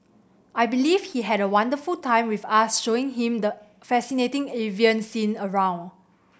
I believe he had a wonderful time with us showing him the fascinating avian scene around